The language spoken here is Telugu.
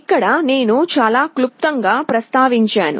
ఇక్కడ నేను చాలా క్లుప్తంగా ప్రస్తావించాను